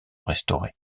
restaurer